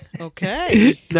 Okay